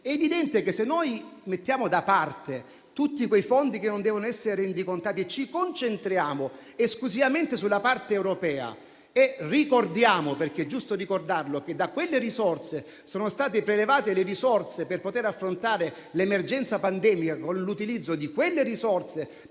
È evidente che se mettiamo da parte tutti quei fondi che non devono essere rendicontati, ci concentriamo esclusivamente sulla parte europea e ricordiamo - perché è giusto farlo - che da quei fondi sono state prelevate le risorse per affrontare l'emergenza pandemica, con il loro utilizzo per